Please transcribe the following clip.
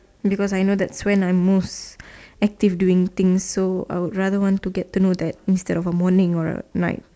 because I know that's when I am most active doing things so I would rather want to get to know that instead of a morning or a night